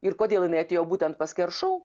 ir kodėl jinai atėjo būtent pas keršou